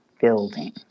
building